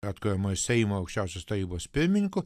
atkuriamojo seimo aukščiausios tarybos pirmininku